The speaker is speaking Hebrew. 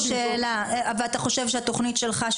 ואתה חושב שהתוכנית שלך,